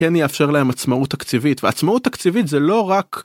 כן יאפשר להם עצמאות תקציבית, ועצמאות תקציבית זה לא רק...